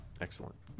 Excellent